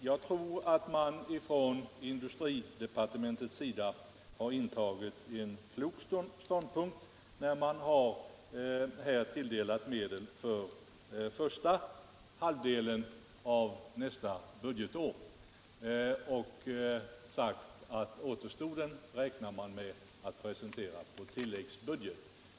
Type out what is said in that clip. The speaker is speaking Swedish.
Jag tror att industridepartementet har intagit en klok ståndpunkt, när det har anvisat medel för första hälften av nästa budgetår och sagt att man räknar med att anvisa återstoden på tilläggsbudget.